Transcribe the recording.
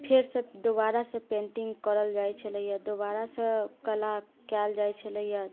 फेरसँ दुबारसँ पेन्टिंग करल जाइ छलैया या दुबारासँ कला कयल जाइ छलैया